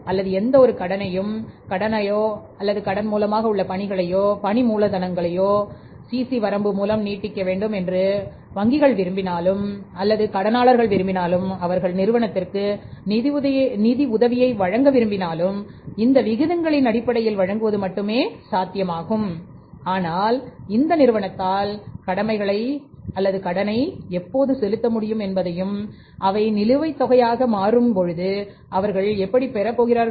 அல்லது எந்தவொரு வங்கியும் கடனையோ அல்லது பணி மூலதனக் கடன் அல்லது CC வரம்பு மூலம் நீட்டிக்க வேண்டும் என்று கூற விரும்பினால் அவர்கள் நிறுவனத்திற்கு நிதி உதவியை வழங்க விரும்பினால் இந்த விகிதங்களின் அடிப்படையில் வழங்குவது மட்டுமே சாத்தியமாகும் ஆனால்அந்த நிறுவனத்தால் கடமைகளை எப்போது செலுத்த முடியும் என்பதையும் அவை நிலுவைத் தொகையாக மாறும் என்பதையும் அவர்கள் உறுதிப்படுத்த விரும்புகிறார்கள்